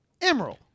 Emerald